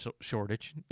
shortage